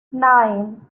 nine